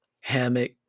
hammock